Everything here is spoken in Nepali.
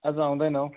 आज आउँदैनौ